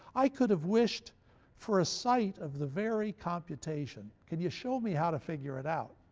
i could have wished for a sight of the very computation. can you show me how to figure it out?